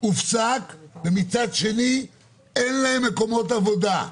הופסק ומצד שני אין להם מקומות עבודה,